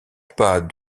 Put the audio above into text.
pas